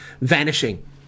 vanishing